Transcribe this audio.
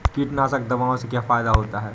कीटनाशक दवाओं से क्या फायदा होता है?